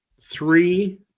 three